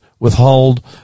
Withhold